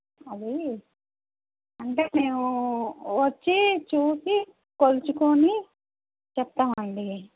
అదీ అంటే మేము వచ్చి చూసి కొలుచుకొని చెప్తామండి